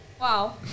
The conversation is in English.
Wow